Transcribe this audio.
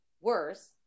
worse